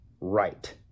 right